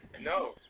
No